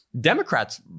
Democrats